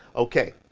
okay,